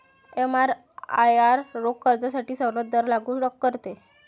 एमआरआयआर रोख कर्जासाठी सवलत दर लागू करते